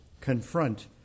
confront